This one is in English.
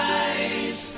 eyes